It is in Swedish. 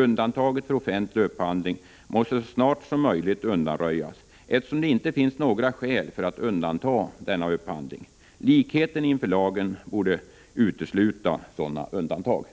Undantaget för offentlig upphandling måste så snart som möjligt undanröjas, eftersom det inte finns några skäl för att undanta denna upphandling. Likheten inför lagen borde utesluta sådana undantag.